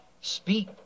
Speak